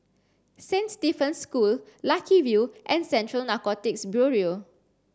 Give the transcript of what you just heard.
Saint Stephen's School Lucky View and Central Narcotics Bureau